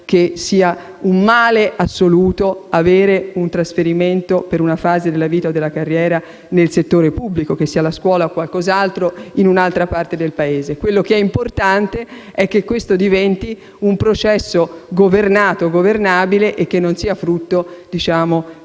che sia un male assoluto essere oggetto di trasferimento, per una fase della vita e della propria carriera nel settore pubblico, che sia la scuola o qualcos'altro, in un'altra parte del Paese. Quello che è importante è che questo diventi un processo governato e governabile e che non sia frutto di